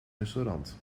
restaurant